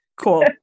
Cool